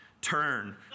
turn